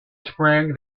spring